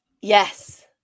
Yes